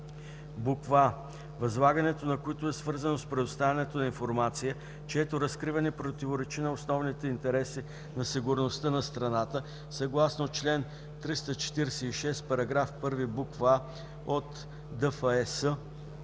а) възлагането на които е свързано с предоставяне на информация, чието разкриване противоречи на основните интереси на сигурността на страната, съгласно чл. 346, параграф 1, буква „а” от ДФЕС,